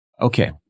Okay